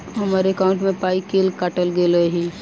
हम्मर एकॉउन्ट मे पाई केल काटल गेल एहि